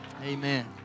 Amen